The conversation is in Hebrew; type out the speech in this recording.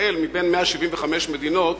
מבין 175 מדינות,